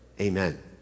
Amen